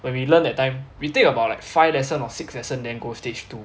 when we learn that time we take about like five lesson or six lesson then go stage two